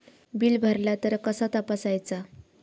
Bill भरला तर कसा तपसायचा?